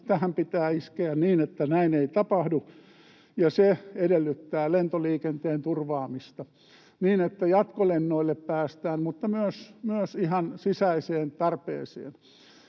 Tähän pitää iskeä niin, että näin ei tapahdu, ja se edellyttää lentoliikenteen turvaamista niin, että jatkolennoille päästään, mutta myös ihan sisäiseen tarpeeseen.